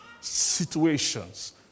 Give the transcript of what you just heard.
situations